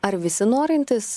ar visi norintys